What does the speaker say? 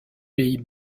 pays